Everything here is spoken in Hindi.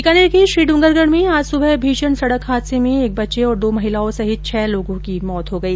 बीकानेर के श्रीड्ंगरगढ में आज सुबह भीषण सड़क हादसे में एक बच्चे और दो महिलाओं सहित छह लोगों की मौत हो गई